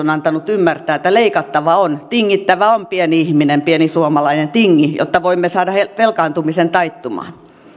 ymmärtää että leikattava on tingittävä on pieni ihminen pieni suomalainen tingi jotta voimme saada velkaantumisen taittumaan